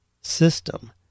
system